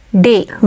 Day